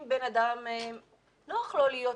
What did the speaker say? אם לאדם נוח להיות ב"זום",